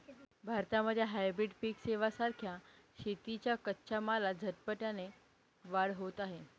भारतामध्ये हायब्रीड पिक सेवां सारख्या शेतीच्या कच्च्या मालात झपाट्याने वाढ होत आहे